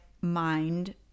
mind